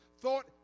Thought